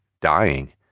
dying